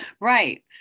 right